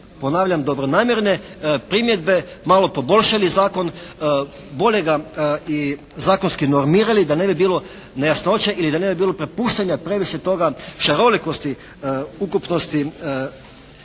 ponavljam dobronamjerne primjedbe malo poboljšali zakon. Bolje ga i zakonski normirali da ne bi bilo nejasnoće ili da ne bi bilo prepuštanja previše toga šarolikosti ukupnosti